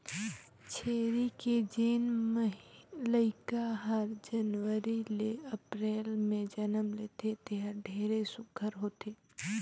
छेरी के जेन लइका हर जनवरी ले अपरेल में जनम लेथे तेहर ढेरे सुग्घर होथे